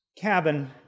cabin